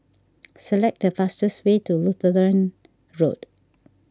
select the fastest way to Lutheran Road